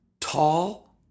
tall